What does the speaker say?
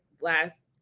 last